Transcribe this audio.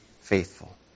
faithful